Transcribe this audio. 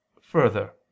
further